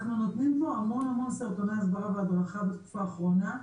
אנחנו נותנים פה המון המון סרטוני הסברה והדרכה בתקופה האחרונה,